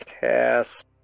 Cast